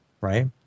right